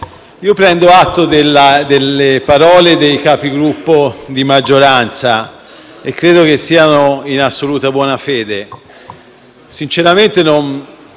Prendo atto delle parole dei Capigruppo di maggioranza e credo che siano in assoluta buona fede.